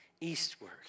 eastward